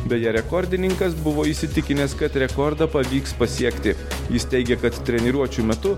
beje rekordininkas buvo įsitikinęs kad rekordą pavyks pasiekti jis teigia kad treniruočių metu